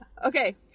Okay